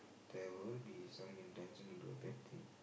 there will be some intention to do a bad thing